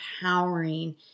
empowering